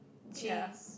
ya